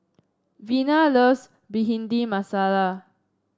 Vena loves Bhindi Masala